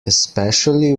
especially